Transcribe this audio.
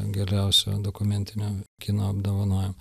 geriausio dokumentinio kino apdovanojimą